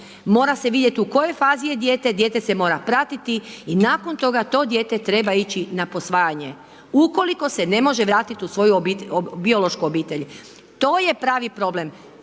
mora se vidjeti u kojoj se fazi je dijete dijete se mora pratiti i nakon toga to dijete treba ići na posvajanje ukoliko se ne može vratiti u svoju biološku obitelj. To je pravi problem,